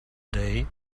day